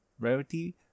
Rarity